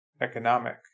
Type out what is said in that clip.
economic